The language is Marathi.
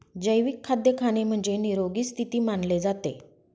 जैविक खाद्य खाणे म्हणजे, निरोगी स्थिती मानले जाते